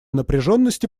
напряженности